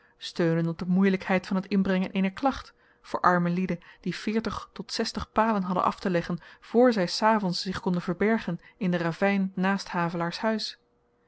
steunen op de moeielykheid van t inbrengen eener klacht voor arme lieden die veertig tot zestig palen hadden afteleggen voor zy s avends zich konden verbergen in den ravyn naast havelaars huis